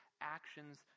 actions